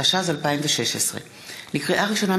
התשע"ז 2016. לקריאה ראשונה,